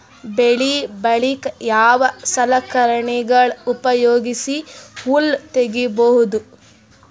ಬೆಳಿ ಬಳಿಕ ಯಾವ ಸಲಕರಣೆಗಳ ಉಪಯೋಗಿಸಿ ಹುಲ್ಲ ತಗಿಬಹುದು?